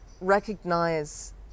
recognize